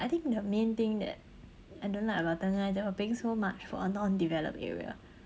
I think the main thing that I don't like about tengah is that we are paying so much for a non developed area